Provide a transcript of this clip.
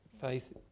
faith